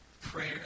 prayer